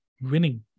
winning